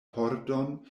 pordon